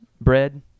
bread